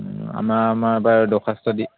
আমাৰ আমাৰ বাৰু দৰ্খাস্ত দি